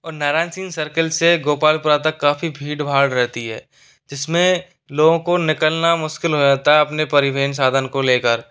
और नारायण सिंह सर्किल से गोपालपुरा तक काफ़ी भीड़ भाड़ रहती है जिसमें लोगों को निकलना मुश्किल हो जाता है अपने परिवहन साधन को लेकर